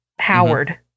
Howard